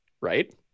right